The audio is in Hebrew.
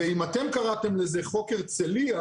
ואם אתם קראתם לזה חוק הרצליה,